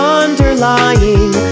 underlying